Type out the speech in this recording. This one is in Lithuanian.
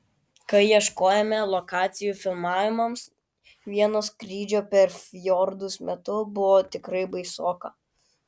kai ieškojome lokacijų filmavimams vieno skrydžio per fjordus metu buvo tikrai baisoka